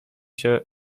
się